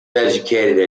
educated